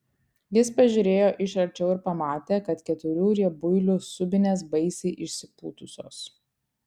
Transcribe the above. jis pažiūrėjo iš arčiau ir pamatė kad keturių riebuilių subinės baisiai išsipūtusios